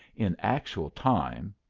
in actual time,